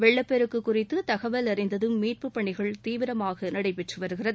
வெள்ளப்பெருக்கு குறித்து தகவல் அறிந்ததும் மீட்பு பணிகள் தீவிரமாக நடைபெற்று வருகிறது